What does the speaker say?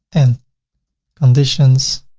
and conditions.